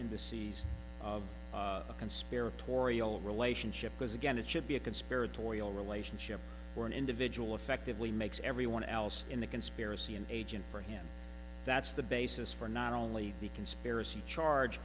seas of a conspiracy oriole relationship because again it should be a conspiratorial relationship or an individual effectively makes everyone else in the conspiracy an agent for him that's the basis for not only the conspiracy charge